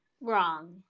wrong